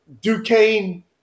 Duquesne